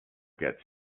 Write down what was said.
gets